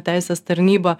teisės tarnyba